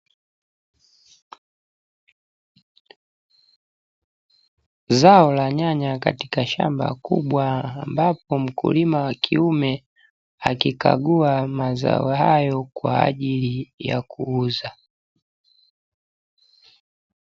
Zao la nyanya katika shamba kubwa ambapo mkulima wa kiume akikagua mazao hayo kwa ajili ya kuuza.